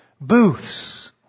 Booths